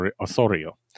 Osorio